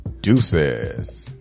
Deuces